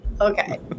Okay